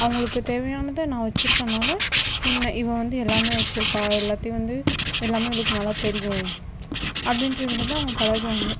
அவங்களுக்கு தேவையானதை நான் வச்சுருக்கனால என்ன இவள் வந்து எல்லாமே வச்சிருப்பாள் எல்லாத்தையும் வந்து எல்லாமே இவளுக்கு நல்லா தெரியும் அப்படின்ற இதுலேதான் அவங்க பழகுவாங்க